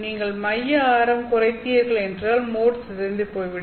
நீங்கள் மைய ஆரம் குறைத்தீர்கள் என்றால் மோட் சிதைந்து போய்விடும்